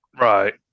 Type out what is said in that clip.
Right